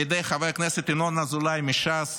על ידי חבר הכנסת ינון אזולאי מש"ס,